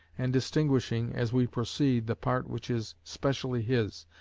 and distinguishing, as we proceed, the part which is specially his,